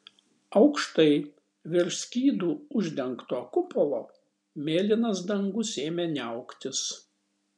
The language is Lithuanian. aukštai virš skydu uždengto kupolo mėlynas dangus ėmė niauktis